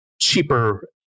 cheaper